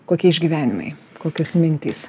kokie išgyvenimai kokios mintys